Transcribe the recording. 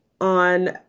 on